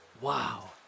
Wow